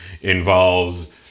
involves